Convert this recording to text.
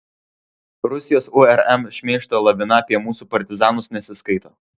rusijos urm šmeižto lavina apie mūsų partizanus nesiskaito